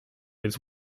his